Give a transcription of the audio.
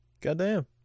Goddamn